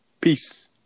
Peace